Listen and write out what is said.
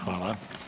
Hvala.